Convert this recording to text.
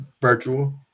virtual